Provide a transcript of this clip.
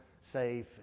safe